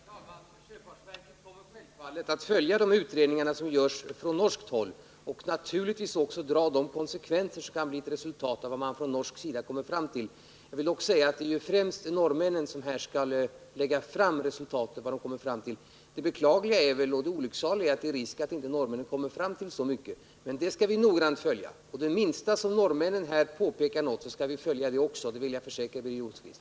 Herr talman! Sjöfartsverket kommer självfallet att följa de utredningar som görs på norskt håll och naturligtvis också att ta de konsekvenser som kan bli nödvändiga med hänsyn till vad man på det hållet kommer fram till. Jag vill dock säga att det här främst är norrmännen som skall lägga fram det resultat de når. Det beklagliga och det olycksaliga är att det finns risk för att norrmännen inte kommer fram till så mycket. Men vi skall noggrant följa vad som sker, och jag vill försäkra Birger Rosqvist att vi skall ta hänsyn till minsta påpekande från norrmännen härvidlag.